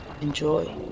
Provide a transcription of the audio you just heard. Enjoy